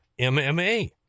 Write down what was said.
MMA